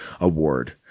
award